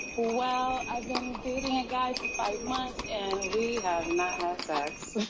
well, i've been dating a guy for five months and we have not had sex.